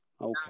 Okay